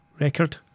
record